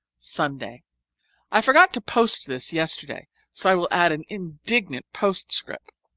sunday i forgot to post this yesterday, so i will add an indignant postscript.